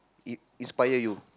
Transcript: in~ inspire you